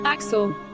Axel